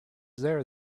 there